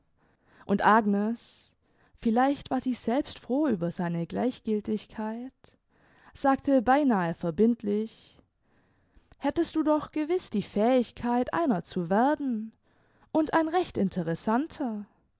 und agnes vielleicht war sie selbst froh über seine gleichgiltigkeit sagte beinahe verbindlich hättest du doch gewiß die fähigkeit einer zu werden und ein recht interessanter